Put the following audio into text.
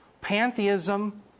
pantheism